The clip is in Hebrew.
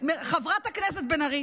חברת הכנסת בן ארי,